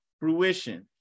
fruition